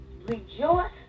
Rejoice